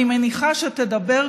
אני מניחה שתדבר,